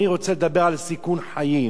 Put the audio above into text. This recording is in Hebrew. אני רוצה לדבר על סיכון חיים.